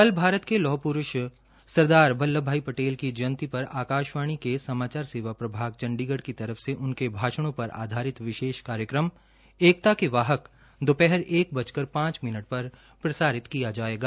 कल भारत के लौह पुरूष सरदार बल्लभभाई पटेल की जयंती पर आकाशवाणी के समाचार सेवा प्रभाग चंडीगढ़ की तरफ से उनके भाषणों पर आधारित विशेष कार्यक्रम एकता के वाहक दोपहर एक बजकर पांच मिनट पर प्रसारित किया जायेगा